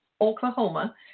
Oklahoma